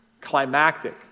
climactic